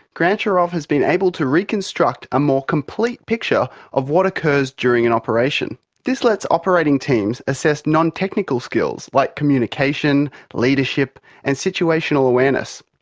grantcharov has been able to reconstruct a more complete picture of what occurs during an operation. this lets operating teams assess nontechnical skills like communication, leadership and situational awareness.